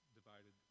divided